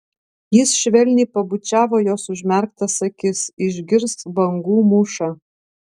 jis švelniai pabučiavo jos užmerktas akis išgirsk bangų mūšą